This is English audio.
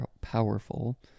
powerful